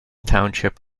township